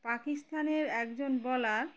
পাকিস্তানের একজন বোলার